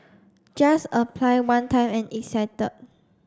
just apply one time and it's settled